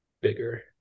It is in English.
bigger